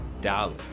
dollar